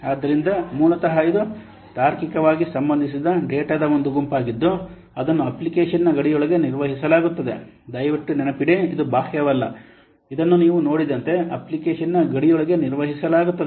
ಆದ್ದರಿಂದ ಮೂಲತಃ ಇದು ತಾರ್ಕಿಕವಾಗಿ ಸಂಬಂಧಿಸಿದ ಡೇಟಾದ ಒಂದು ಗುಂಪಾಗಿದ್ದು ಅದನ್ನು ಅಪ್ಲಿಕೇಶನ್ನ ಗಡಿಯೊಳಗೆ ನಿರ್ವಹಿಸಲಾಗುತ್ತದೆ ದಯವಿಟ್ಟು ನೆನಪಿಡಿ ಇದು ಬಾಹ್ಯವಲ್ಲ ಇದನ್ನು ನೀವು ನೋಡಿದಂತೆ ಅಪ್ಲಿಕೇಶನ್ನ ಗಡಿಯೊಳಗೆ ನಿರ್ವಹಿಸಲಾಗುತ್ತದೆ